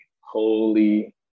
holy